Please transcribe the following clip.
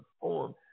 form